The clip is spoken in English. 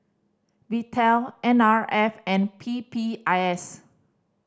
Vital N R F and P P I S